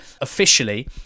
officially